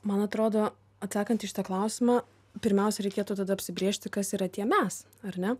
man atrodo atsakant į šitą klausimą pirmiausia reikėtų tada apsibrėžti kas yra tie mes ar ne